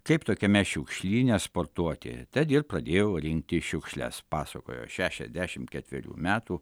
kaip tokiame šiukšlyne sportuoti tad ir pradėjau rinkti šiukšles pasakojo šešiasdešim ketverių metų